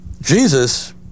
Jesus